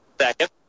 second